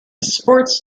sports